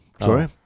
Sorry